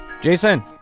Jason